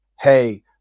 Hey